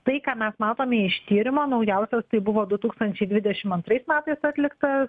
tai ką mes matome iš tyrimo naujausias tai buvo du tūkstančiai dvidešim antrais metais atliktas